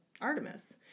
Artemis